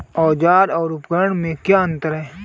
औज़ार और उपकरण में क्या अंतर है?